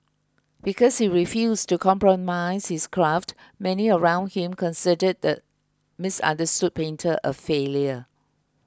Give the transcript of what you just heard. because he refused to compromise his craft many around him considered the misunderstood painter a failure